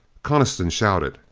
coniston shouted,